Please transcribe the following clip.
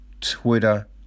Twitter